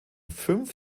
fünf